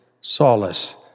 solace